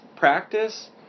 Practice